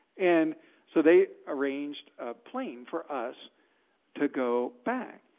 and so they arranged a plane for us to go back.